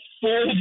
full